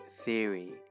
theory